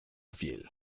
fiel